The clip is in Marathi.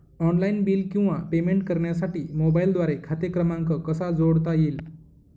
ऑनलाईन बिल किंवा पेमेंट करण्यासाठी मोबाईलद्वारे खाते क्रमांक कसा जोडता येईल?